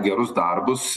gerus darbus